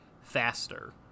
faster